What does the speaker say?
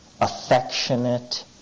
affectionate